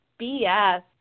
BS